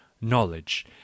Knowledge